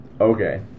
okay